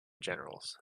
generals